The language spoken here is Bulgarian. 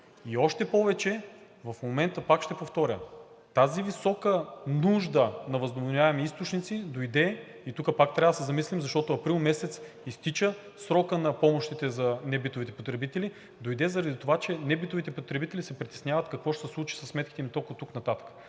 И още повече, в момента пак ще повторя, тази висока нужда от възобновяеми източници дойде, тук пак трябва да се замислим, защото през април месец изтича срокът на помощите за небитовите потребители, дойде заради това, че небитовите потребители се притесняват какво ще се случи със сметките за ток оттук нататък.